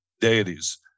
deities